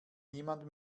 niemand